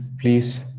please